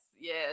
Yes